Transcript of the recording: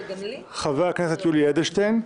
חבר הכנסת יולי (יואל) אדלשטיין,